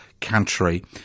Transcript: country